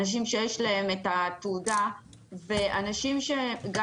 אנשים שיש להם את התעודה ואנשים שגם